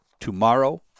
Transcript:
tomorrow